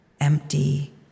empty